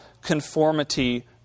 conformity